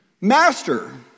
Master